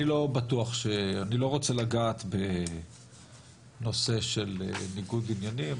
לא רוצה לגעת בנושא של ניגוד עניינים,